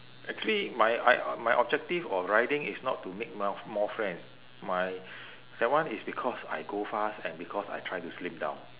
actually my I my objective of riding is not to make mo~ more friends my that one is because I go fast and because I try to slim down